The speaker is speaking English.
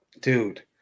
Dude